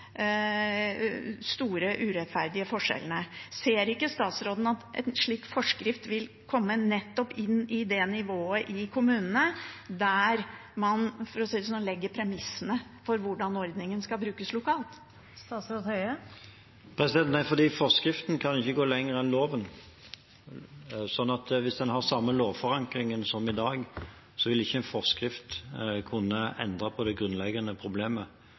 store urettferdige forskjellene. Ser ikke statsråden at en slik forskrift vil komme nettopp inn i det nivået i kommunene der man – for å si det sånn – legger premissene for hvordan ordningen skal brukes lokalt? Nei, fordi forskriften ikke kan gå lenger enn loven. Så hvis man har samme lovforankringen som i dag, vil ikke en forskrift kunne endre på det grunnleggende problemet.